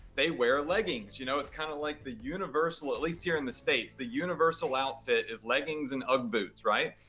they wear leggings. you know, it's kind of like the universal, at least here in the states, the universal outfit is leggings and ugg boots, right?